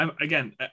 Again